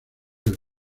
del